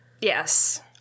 yes